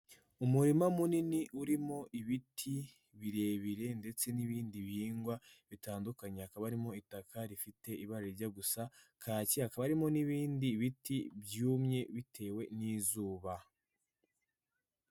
Umurima munini urimo ibiti birebire ndetse n'ibindi bihingwa bitandukanye, hakaba harimo itaka rifite ibara rijya gusa kaki hakaba harimo n'ibindi biti byumye bitewe n'izuba.